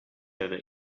over